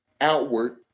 outward